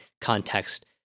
context